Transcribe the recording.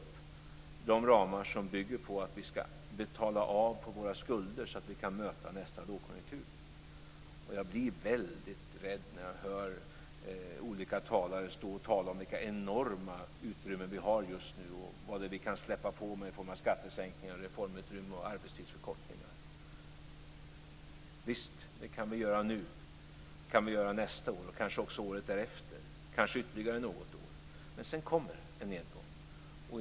Det är de ramar som bygger på att vi ska betala av på våra skulder så att vi kan möta nästa lågkonjunktur. Jag blir väldigt rädd när jag hör olika talare tala om vilka enorma utrymmen vi har just nu och vad vi kan släppa på i form av skattesänkningar, reformutrymme och arbetstidsförkortningar. Visst, det kan vi göra nu, nästa år, kanske året därefter och kanske ytterligare något år. Men sedan kommer det en nedgång.